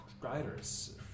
riders